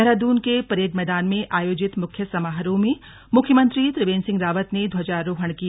देहरादून के परेड मैदान में आयोजित मुख्य समारोह में मुख्यमंत्री त्रिवेंद्र सिंह रावत ने ध्वजारोहण किया